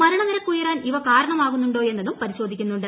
മരണനിരക്ക് ഉയരാൻ ഇവ കാരണമാകുന്നുണ്ടോ എന്നതും പരിശോധിക്കുന്നുണ്ട്